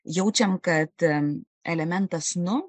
jaučiam kad elementas nu